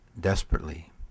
desperately